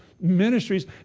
ministries